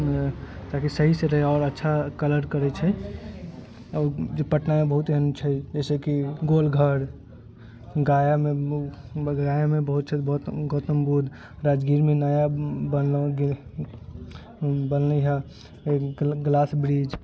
ताकि सहीसँ रहै आओर अच्छा कलर करै छै आओर जे पटनामे बहुत एहन छै जइसेकि गोलघर गयामे बहुत चीज गौतम बुद्ध राजगीरमे नया बनलै हइ ग्लास ब्रिज